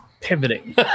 pivoting